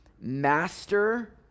master